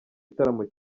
gitaramo